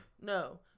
No